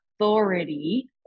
authority